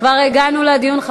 כבר הגענו לדיון.